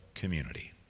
community